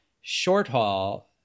short-haul